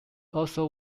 also